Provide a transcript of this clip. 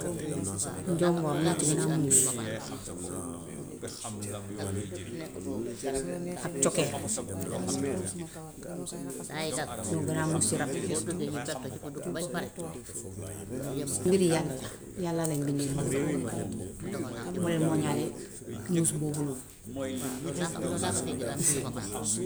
Njoomboor moo ci gën a muus ak cokeer, ñoo gën a muus ci rab yi. Mbiri yàlla la. Yàlla lañ bindee noonu. Moo leen mooñaale muus boobu noonu.